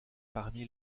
parmi